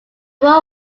war